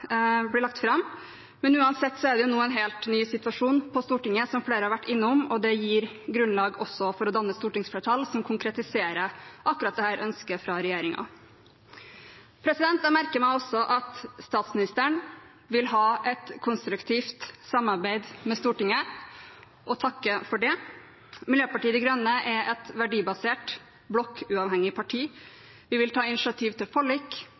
blir lagt fram. Uansett er det nå en helt ny situasjon på Stortinget – som flere har vært innom – og det gir grunnlag for også å danne et stortingsflertall som konkretiserer akkurat dette ønsket fra regjeringen. Jeg merker meg også at statsministeren vil ha et konstruktivt samarbeid med Stortinget, og takker for det. Miljøpartiet De Grønne er et verdibasert, blokkuavhengig parti. Vi vil ta initiativ til forlik